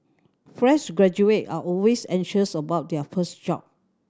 fresh graduate are always anxious about their first job